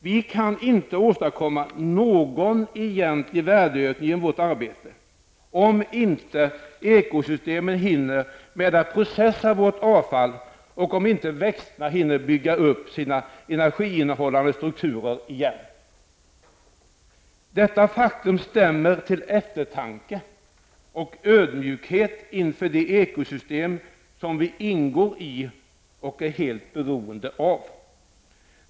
Vi kan inte åstadkomma någon egentlig värdeökning genom vårt arbete, om inte ekosystemen hinner med att processa vårt avfall och om inte växterna hinner bygga upp sina energiinnehållande strukturer igen. Detta faktum stämmer till eftertanke och ödmjukhet inför de ekosystem som vi ingår i och är helt beroende av.